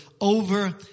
over